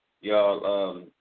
y'all